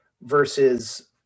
versus